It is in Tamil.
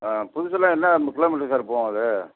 ஆ புதுசெலாம் என்ன கிலோ மீட்ரு போகும் சார் அது